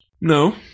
No